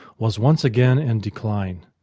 was once again in decline.